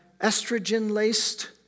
estrogen-laced